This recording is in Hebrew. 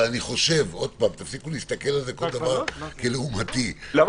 אני חושב תפסיקו להסתכל על זה כלעומתי - הוא דבר